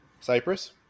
Cyprus